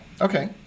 okay